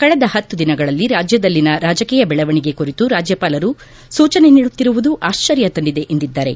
ಕಳೆದ ಹತ್ತು ದಿನಗಳಲ್ಲಿ ರಾಜ್ಜದಲ್ಲಿನ ರಾಜಕೀಯ ಬೆಳವಣಿಗೆ ಕುರಿತು ರಾಜ್ಜಪಾಲರು ಸೂಚನೆ ನೀಡುತ್ತಿರುವುದು ಆಶ್ಲರ್ಯ ತಂದಿದೆ ಎಂದಿದ್ದಾರೆ